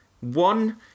one